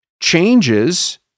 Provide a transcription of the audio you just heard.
Changes